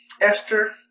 Esther